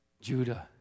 Judah